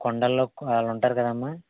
కొండల్లో వాళ్ళు ఉంటారు కదా అమ్మ